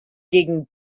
gegen